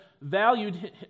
valued